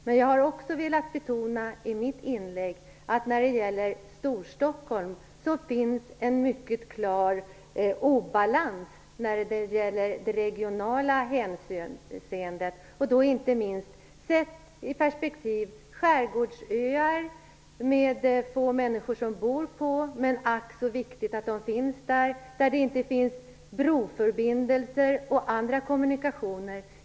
Men jag har också i mitt inlägg velat betona att det när det gäller Storstockholm finns en mycket klar obalans i det regionala hänseendet. Inte minst gäller det ur perspektivet skärgårdsöar med få boende människor. Men det är ack så viktigt att de finns här, där det inte finns broförbindelser eller andra kommunikationer.